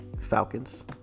Falcons